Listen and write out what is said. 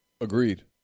Agreed